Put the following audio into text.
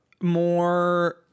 more